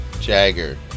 Jagger